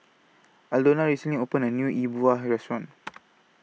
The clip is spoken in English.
Aldona recently opened A New E Bua Restaurant